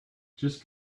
just